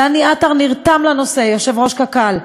דני עטר נרתם לנושא, יושב-ראש קק"ל,